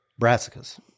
brassicas